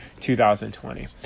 2020